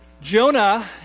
Jonah